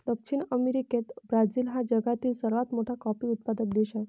दक्षिण अमेरिकेत ब्राझील हा जगातील सर्वात मोठा कॉफी उत्पादक देश आहे